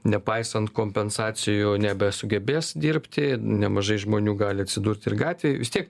nepaisant kompensacijų nebesugebės dirbti nemažai žmonių gali atsidurti ir gatvėj vis tiek